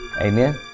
Amen